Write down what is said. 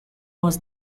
was